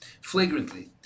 flagrantly